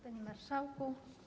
Panie Marszałku!